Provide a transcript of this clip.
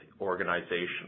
organization